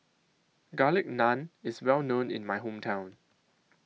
Garlic Naan IS Well known in My Hometown